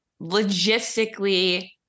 logistically